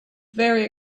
very